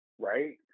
Right